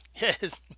Yes